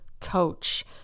coach